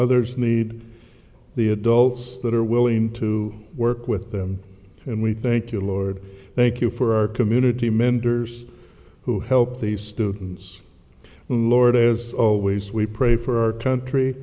others need the adults that are willing to work with them and we thank you lord thank you for our community mentors who help the students the lord as always we pray for our country